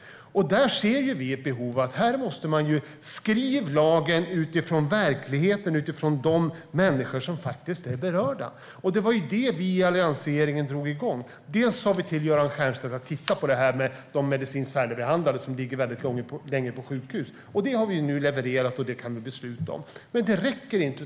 Vi ser ett behov av att man måste skriva lagen utifrån verkligheten och de människor som faktiskt är berörda. Det var det vi i alliansregeringen drog igång. Vi sa till Göran Stiernstedt att titta på det här med de medicinskt färdigbehandlade som ligger länge på sjukhus. Vi har nu levererat och kan besluta om detta, men det räcker inte.